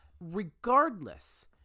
Regardless